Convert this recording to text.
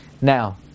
Now